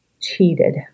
cheated